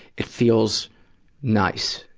it feels nice.